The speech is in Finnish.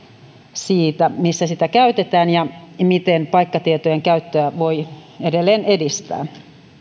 siitä missä niitä käytetään ja miten paikkatietojen käyttöä voi edelleen edistää